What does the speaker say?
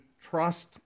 trust